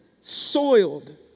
soiled